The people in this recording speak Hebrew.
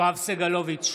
יואב סגלוביץ'